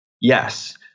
Yes